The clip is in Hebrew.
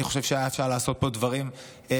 אני חושב שאפשר היה לעשות פה דברים משמעותיים